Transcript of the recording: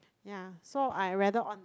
ya so I rather on